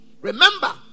remember